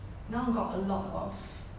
now got a lot of